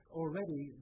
already